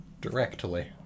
Directly